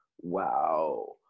Wow